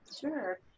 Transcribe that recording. Sure